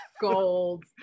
Gold